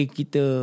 kita